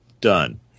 Done